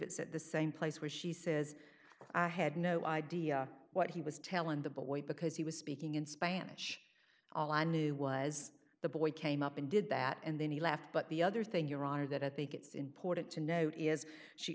it's at the same place where she says i had no idea what he was telling the boy because he was speaking in spanish all i knew was the boy came up and did that and then he left but the other thing your honor that at they gits important to note is she